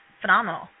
phenomenal